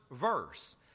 verse